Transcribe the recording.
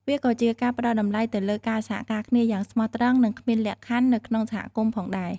វាក៏ជាការផ្តល់តម្លៃទៅលើការសហការគ្នាយ៉ាងស្មោះត្រង់និងគ្មានលក្ខខណ្ឌនៅក្នុងសហគមន៍ផងដែរ។